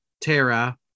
Tara